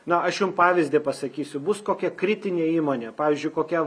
na aš jum pavyzdį pasakysiu bus kokia kritinė įmonė pavyzdžiui kokia